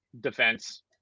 defense